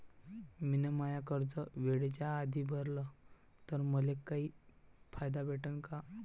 मिन माय कर्ज वेळेच्या आधी भरल तर मले काही फायदा भेटन का?